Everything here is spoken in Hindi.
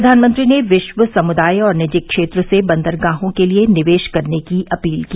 प्रधानमंत्री ने विश्व समुदाय और निजी क्षेत्र से बंदरगाहों के लिए निवेश करने की अपील की